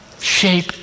shape